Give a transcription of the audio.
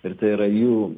ir tai yra jų